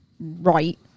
Right